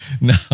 No